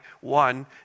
one